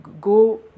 go